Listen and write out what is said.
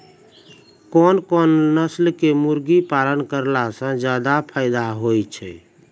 कोन कोन नस्ल के मुर्गी पालन करला से ज्यादा फायदा होय छै?